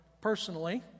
personally